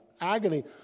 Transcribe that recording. agony